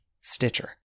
Stitcher